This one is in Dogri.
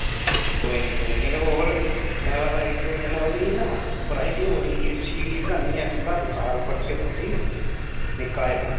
कोई निं कोई निं होर इक्क कन्नै ओह्दी ना राइटिंग होर नीं लिखना उसी घर लिखा करो पट्टियै पर ठीक ऐ निक्का जेह्ड़ा